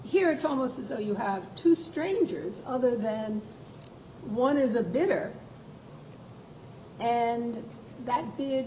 here it's almost as though you have two strangers other than one is a bidder and that